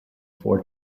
four